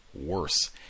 worse